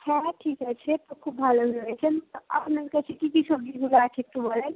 হ্যাঁ ঠিক আছে এ তো খুব ভালোই হয়েছেন তা আপনার কাছে কী কী সবজিগুলো আছে একটু বলেন